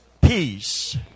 peace